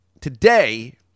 today